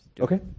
Okay